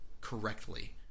correctly